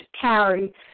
carry